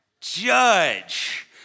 judge